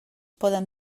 poden